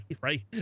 right